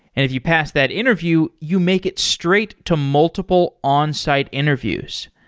if you pass that interview, you make it straight to multiple onsite interviews.